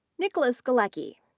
nicholas galecki,